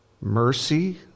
Mercy